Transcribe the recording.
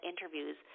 interviews